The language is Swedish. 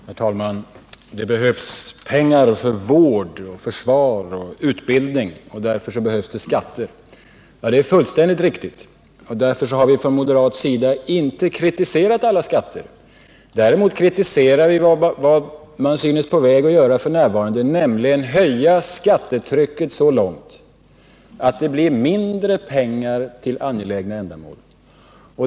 Herr talman! Det behövs pengar för vård, försvar och utbildning. Därför behövs det skatter. — Det är fullständigt riktigt. Därför har vi från moderat sida inte kritiserat alla skatter. Däremot kritiserar vi vad man f. n. synes vara på väg att göra, nämligen att höja skattetrycket så kraftigt att det blir mindre pengar till angelägna ändamål.